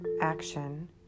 action